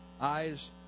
eyes